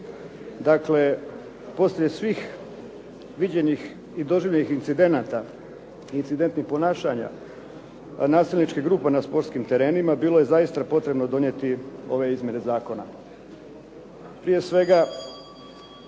Dakle, poslije svih viđenih i doživljenih incidenata i incidentnih ponašanja nasilničkih grupa na sportskim terenima bilo je zaista potrebno donijeti ove izmjene zakona. Prije svega,